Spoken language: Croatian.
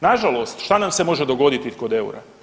Nažalost, šta nam se može dogoditi kod eura?